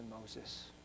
Moses